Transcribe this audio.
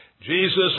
Jesus